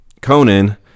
Conan